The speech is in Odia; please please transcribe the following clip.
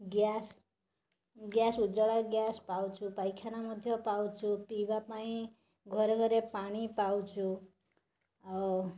ଗ୍ୟାସ୍ ଗ୍ୟାସ୍ ଉଜ୍ଜଳା ଗ୍ୟାସ୍ ପାଉଛୁ ପାଇଖାନା ମଧ୍ୟ ପାଉଛୁ ପିଇବା ପାଇଁ ଘରେ ଘରେ ପାଣି ପାଉଛୁ ଆଉ